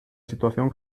situación